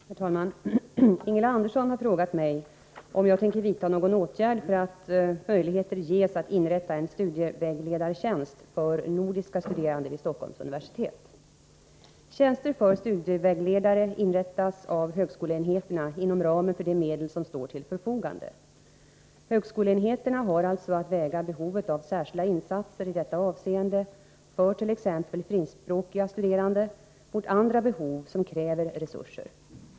Herr talman! Ingela Andersson har frågat mig om jag tänker vidta någon åtgärd för att det skall bli möjligt att inrätta en studievägledartjänst för nordiska studerande vid Stockholms universitet. Tjänster för studievägledare inrättas av högskoleenheterna inom ramen för de medel som står till förfogande. Högskoleenheterna har alltså att väga behovet av särskilda insatser i detta avseende för t.ex. finskspråkiga studerande mot andra behov som kräver resurser.